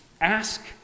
Ask